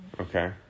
okay